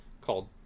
called